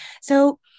So-